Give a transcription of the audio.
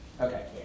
Okay